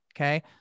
okay